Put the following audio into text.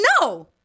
No